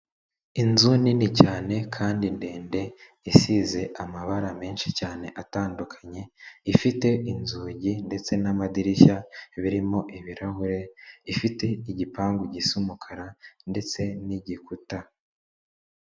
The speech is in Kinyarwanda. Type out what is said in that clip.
Inzu nini cyane kandi ndende isize amabara menshi cyane atandukanye, ifite inzugi ndetse n'amadirishya birimo ibirahure, ifite igipangu gisa umukara ndetse n'igikuta.